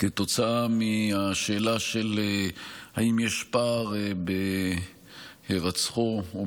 כתוצאה מהשאלה אם יש פער בהירצחו או